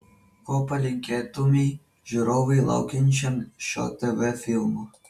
ko palinkėtumei žiūrovui laukiančiam šio tv filmo